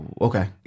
okay